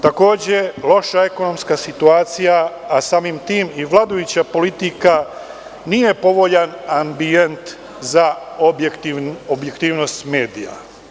Takođe, loša ekonomska situacija, a samim tim i vladajuća politika, nije povoljan ambijent za objektivnost medija.